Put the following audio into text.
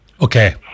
Okay